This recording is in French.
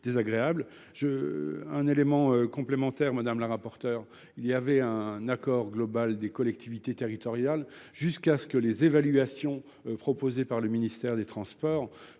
J’ajouterai un élément complémentaire, madame la rapporteure. Il y avait un accord global des collectivités territoriales, jusqu’à ce que les évaluations du ministère des transports